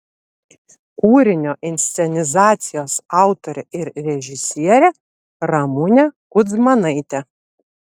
kūrinio inscenizacijos autorė ir režisierė ramunė kudzmanaitė